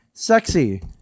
Sexy